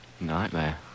Nightmare